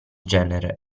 genere